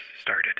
started